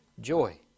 joy